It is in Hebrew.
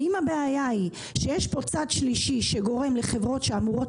ואם הבעיה היא שיש פה צד שלישי שגורם לחברות שאמורות